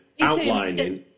outlining